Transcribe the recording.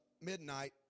midnight